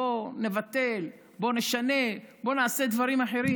בוא נבטל, בוא נשנה, בוא נעשה דברים אחרים.